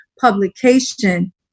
publication